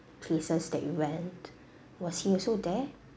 places that you went was he also there